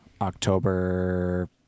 October